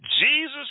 Jesus